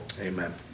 amen